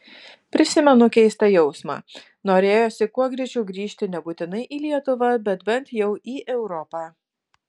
prisimenu keistą jausmą norėjosi kuo greičiau grįžti nebūtinai į lietuvą bet bent jau į europą